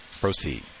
proceed